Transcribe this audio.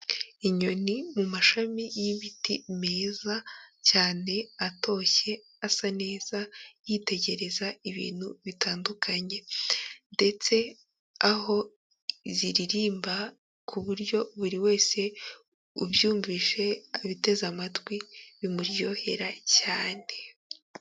Inyoni mu mashami y'ibiti meza cyane, atoshye, asa neza, yitegereza ibintu bitandukanye ndetse aho ziririmba ku buryo buri wese ubyumvishe, abiteze amatwi, bimuryohera cyane.